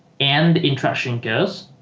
and interaction girls